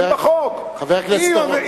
חבר הכנסת אורון.